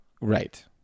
right